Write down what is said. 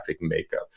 makeup